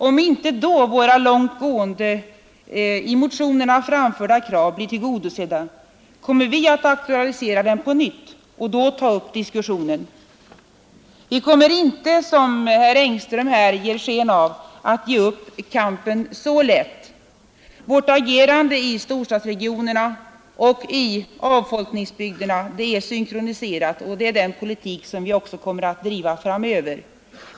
Om inte de långtgående i motionerna framförda kraven blir tillgodosedda kommer vi att aktualisera dem på nytt och då ta upp diskussion. Vi kommer inte att som herr Engström vill påskina ge upp kampen så lätt. Vårt agerande i storstadsregionerna och avfolkningsbygderna är synkroniserat, och det är — Nr 122 den politiken som vi också kommer att driva framöver.